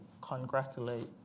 congratulate